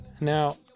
Now